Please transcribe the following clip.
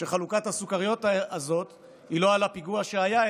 שחלוקת הסוכריות הזאת היא לא על הפיגוע שהיה,